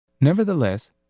Nevertheless